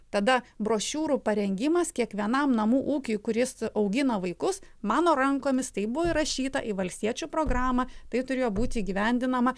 tada brošiūrų parengimas kiekvienam namų ūkiui kuris augino vaikus mano rankomis tai buvo įrašyta į valstiečių programą tai turėjo būti įgyvendinama